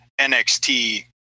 NXT